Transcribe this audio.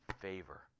favor